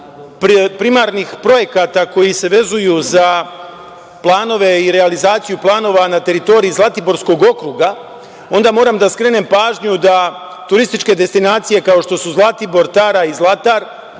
primarnih projekata koji se vezuju za planove i realizaciju planova na teritoriji Zlatiborskog okruga, onda moram da skrenem pažnju da turističke destinacije, kao što su Zlatibor, Tara i Zlatar,